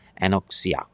anoxia